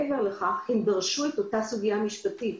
הן גם דרשו את אותה סוגיה משפטית.